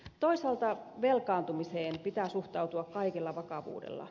toisaalta velkaantumiseen pitää suhtautua kaikella vakavuudella